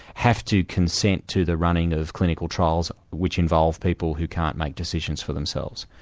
have to consent to the running of clinical trials which involve people who can't make decisions for themselves.